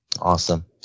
awesome